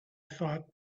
thought